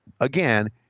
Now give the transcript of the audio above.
again